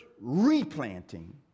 replanting